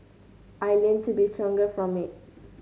I learnt to be stronger from it